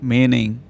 Meaning